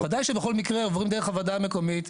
ודאי שבכל מקרה עוברים דרך הוועדה המקומית,